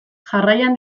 jarraian